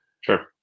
Sure